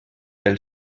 pel